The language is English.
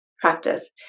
practice